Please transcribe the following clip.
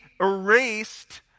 erased